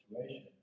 situation